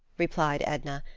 replied edna,